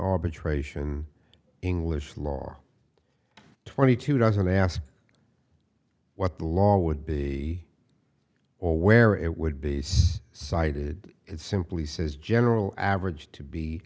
arbitration english law twenty two doesn't ask what the law would be or where it would be cited it simply says general average to be